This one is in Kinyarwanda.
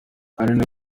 aline